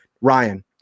Ryan